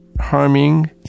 harming